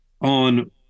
on